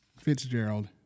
Fitzgerald